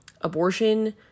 abortion